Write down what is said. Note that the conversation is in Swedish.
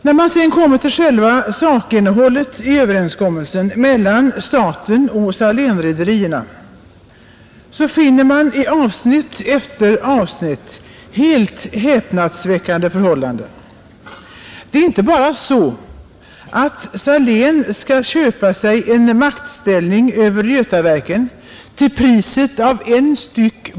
När man sedan kommer till själva sakinnehållet i överenskommelsen mellan staten och Salénrederierna finner man i avsnitt efter avsnitt helt häpnadsväckande förhållanden. Det är inte bara så att Salénrederierna skall köpa sig en maktställning över Götaverken till priset av 1 st.